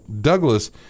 Douglas